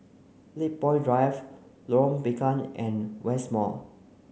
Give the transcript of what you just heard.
Lakepoint Drive Lorong Bengkok and West Mall